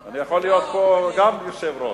אני יכול להיות פה גם יושב-ראש.